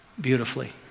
beautifully